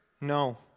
no